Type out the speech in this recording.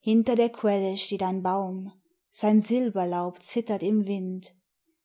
hinter der quelle steht ein baum sein silberlaub zittert im wind